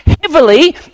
heavily